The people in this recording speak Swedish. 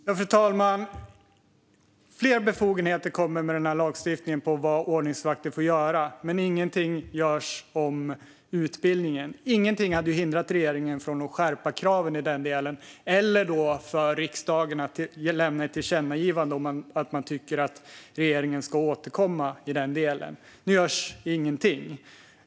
Fru talman! Fler befogenheter för vad ordningsvakter får göra kommer med lagstiftningen, men ingenting görs åt utbildningen. Ingenting hade hindrat regeringen från att skärpa kraven i den delen eller riksdagen från att lämna ett tillkännagivande om att regeringen ska återkomma i den delen. Nu görs ingenting.